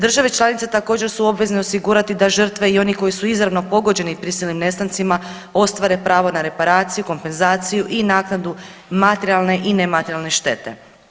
Države članice također su obvezne osigurati da žrtve i oni koji su izravno pogođeni prisilnim nestancima ostvare pravo na reparaciju, kompenzaciju i naknadu materijalne i nematerijalne štete.